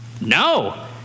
No